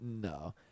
No